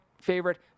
favorite